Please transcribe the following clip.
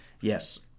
Yes